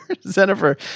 Jennifer